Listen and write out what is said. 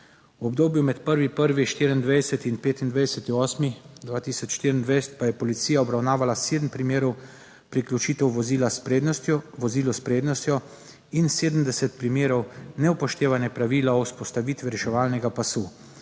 V obdobju med 1. 1. 2024. in 25. 8. 2024 pa je policija obravnavala sedem primerov priključitev vozil s prednostjo in 70 primerov neupoštevanja pravila o vzpostavitvi reševalnega pasu,